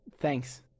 Thanks